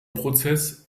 prozess